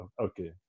okay